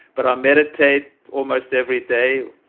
but i meditate almost every day.